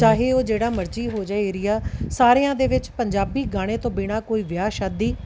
ਚਾਹੇ ਉਹ ਜਿਹੜਾ ਮਰਜ਼ੀ ਹੋ ਜਾਏ ਏਰੀਆ ਸਾਰਿਆਂ ਦੇ ਵਿੱਚ ਪੰਜਾਬੀ ਗਾਣੇ ਤੋਂ ਬਿਨਾਂ ਕੋਈ ਵਿਆਹ ਸ਼ਾਦੀ